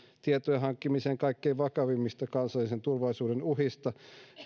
tietojen hankkimiseen kaikkein vakavimmista kansallisen turvallisuuden uhista